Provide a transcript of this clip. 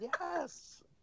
Yes